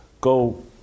Go